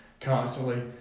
constantly